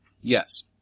Yes